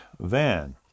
van